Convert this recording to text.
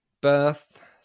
birth